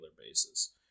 basis